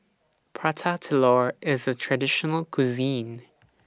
Prata Telur IS A Traditional Cuisine